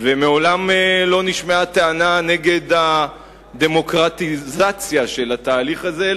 מעולם לא נשמעה טענה נגד הדמוקרטיזציה של התהליך הזה,